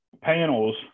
panels